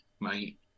mate